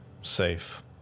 safe